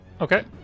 Okay